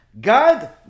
god